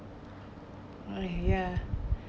eh ya